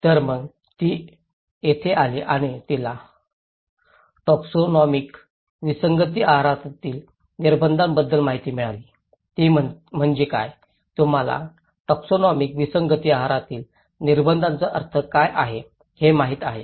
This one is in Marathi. तर मग ती तेथे आली आणि तेथे तिला टॅक्सॉनॉमिक विसंगती आहारातील निर्बंधाबद्दल माहिती मिळाली ती म्हणजे काय तुम्हाला टॅक्सॉनॉमिक विसंगती आहारातील निर्बंधाचा अर्थ काय आहे हे माहित आहे